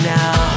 now